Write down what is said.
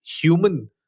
human